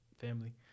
family